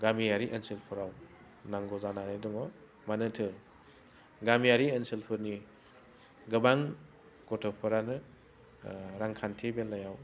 गामियारि ओनसोलफोराव नांगौ जानानै दङ मानोथो गामियारि ओनसोलफोरनि गोबां गथ'फोरानो रांखान्थि बेलायाव